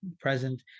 present